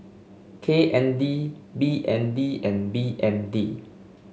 K N D B N D and B N D